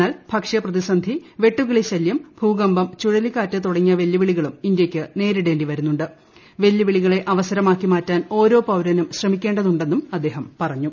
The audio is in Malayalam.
എന്നാൽ ഭക്ഷ്യ പ്രതിസന്ധി വെട്ടുകിളി ശല്യം ഭൂകമ്പം ചുഴലിക്കാറ്റ് തുട്ടങ്ങിയ വെല്ലുവിളികളും ഇന്ത്യക്ക് നേരിടേണ്ടി വരുന്നുണ്ട്ട്ട് ക്വില്ലുവിളികളെ അവസരമാക്കി മാറ്റാൻ ഓരോ പൌരനും ശ്രമിക്ക്ണ്ടെതുണ്ടെന്നും അദ്ദേഹം പറഞ്ഞു